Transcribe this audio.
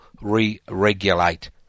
re-regulate